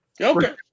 Okay